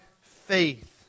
faith